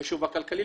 זה החישוב הכלכלי,